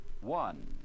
one